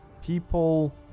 People